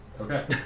Okay